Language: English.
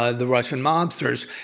ah the russian mobsters.